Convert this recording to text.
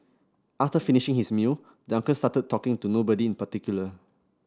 after finishing his meal the uncle started talking to nobody in particular